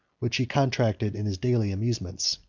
which he contracted in his daily amusements.